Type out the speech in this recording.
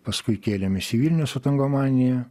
paskui kėlėmės į vilnių su tangomanija